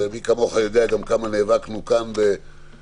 ומי כמוך יודע גם כמה נאבקנו כאן בחדרים